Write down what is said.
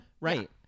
Right